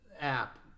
app